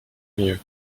mieux